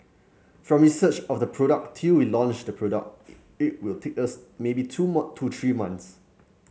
from research of the product till we launch the product it it will take us maybe two to three months